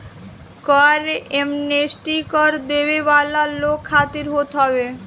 कर एमनेस्टी कर देवे वाला लोग खातिर होत हवे